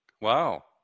Wow